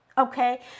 okay